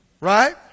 Right